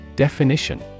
Definition